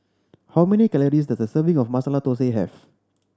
how many calories does a serving of Masala Thosai have